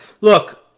look